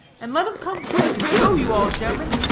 and let em come quick, and show you all, ge'mmen,